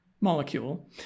molecule